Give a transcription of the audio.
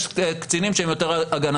יש קצינים שהם יותר הגנתיים.